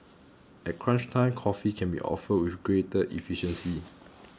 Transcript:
at crunch time coffee can be offered with greater efficiency